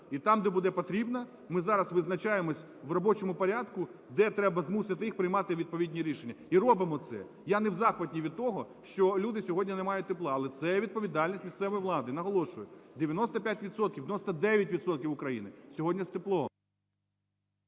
І там, де буде потрібно, ми зараз визначаємось в робочому порядку, де треба змусити їх приймати відповідні рішення, і робимо це. Я не в захваті від того, що люди сьогодні не мають тепла, але це є відповідальність місцевої влади. Наголошую: 95 відсотків, 99 відсотків України сьогодні з теплом.